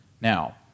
now